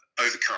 overcome